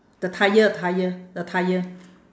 the tyre tyre the tyre